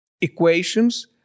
equations